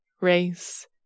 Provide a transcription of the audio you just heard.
race